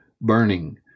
burning